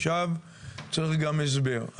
עכשיו צריך גם הסבר.